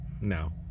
No